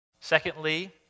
Secondly